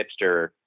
hipster